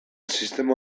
sistema